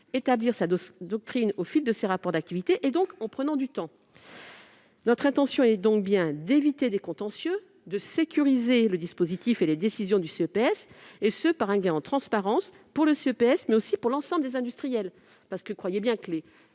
établir sa doctrine au fil de ses rapports d'activité, ce qui prendra du temps. L'intention de la commission est donc bien d'éviter des contentieux, de sécuriser le dispositif et les décisions du CPES, par un gain en transparence pour le CPES, mais aussi pour l'ensemble des industriels. En effet, croyez bien que les